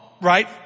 Right